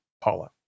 Paula